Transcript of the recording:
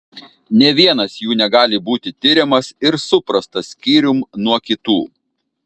nė vienas jų negali būti tiriamas ir suprastas skyrium nuo kitų